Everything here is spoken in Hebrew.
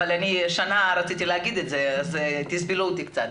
אבל שנה רציתי להגיד את זה אז תסבלו אותי קצת.